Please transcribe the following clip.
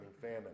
famine